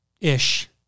ish